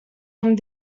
amb